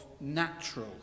natural